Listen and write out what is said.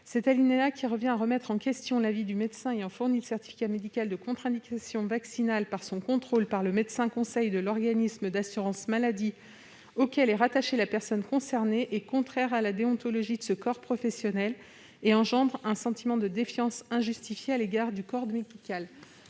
Cet alinéa, qui revient à remettre en question l'avis du médecin ayant fourni le certificat médical de contre-indication vaccinale, par le contrôle du médecin conseil de l'organisme d'assurance maladie auquel est rattachée la personne concernée, est contraire à la déontologie de ce corps professionnel. Il suscite un sentiment de défiance injustifiée à l'égard du corps médical.